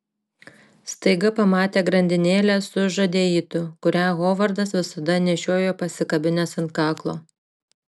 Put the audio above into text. staiga pamatė grandinėlę su žadeitu kurią hovardas visada nešiojo pasikabinęs ant kaklo